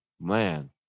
man